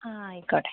ആ ആയിക്കോട്ടെ